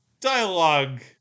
dialogue